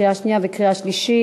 קריאה שנייה וקריאה שלישית.